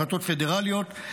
החלטות פדרליות.